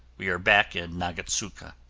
we are back in nagatsuka.